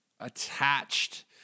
attached